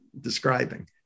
describing